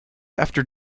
after